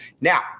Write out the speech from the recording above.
Now